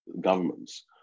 governments